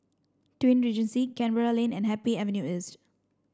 Twin Regency Canberra Lane and Happy Avenue East